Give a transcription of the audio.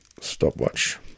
stopwatch